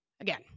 Again